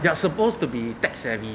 they're supposed to be tech savvy